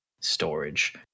storage